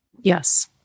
Yes